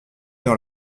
dans